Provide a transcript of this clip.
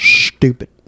stupid